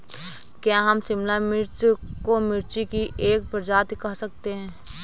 क्या हम शिमला मिर्च को मिर्ची की एक प्रजाति कह सकते हैं?